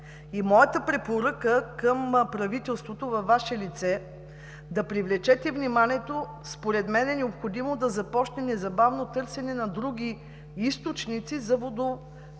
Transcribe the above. Моята препоръка към правителството – във Ваше лице, е да привлечете вниманието. Според мен е необходимо да започне незабавно търсене на други източници за водоползване